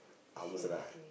arms lah